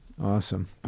awesome